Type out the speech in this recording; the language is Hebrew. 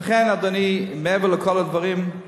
ולכן, אדוני, מעבר לכל הדברים, חד-משמעית,